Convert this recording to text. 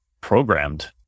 programmed